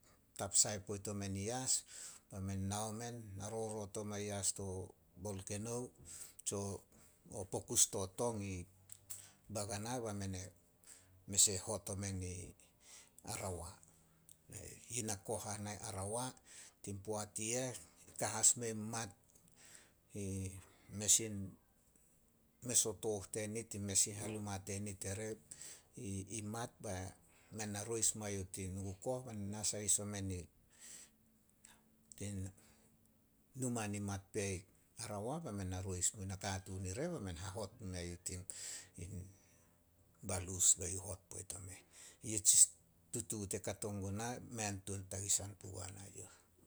Tap sai poit omen i yas, bai men nao men na roroot omai yas to bolkenou tsio pokus to tong i Bagana be mene, mes e hot omen i Arawa. Yi na koh ana i Arawa, tin poat i eh ka as mein mat, mes in- mes o tooh tenit, in mes in hanuma tenit ere i mat be men na rueis tin be men nasahis omen i, tin numa nimat pea i Arawa be men na rueis muin nakatuun ire be men hahot mume youh tin balus bai youh hot poit omeh. Yi tutuut e kato guna, mei tuan tagisan pugua nai youh.